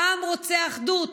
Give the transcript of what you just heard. העם רוצה אחדות.